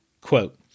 Quote